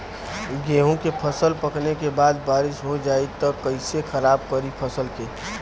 गेहूँ के फसल पकने के बाद बारिश हो जाई त कइसे खराब करी फसल के?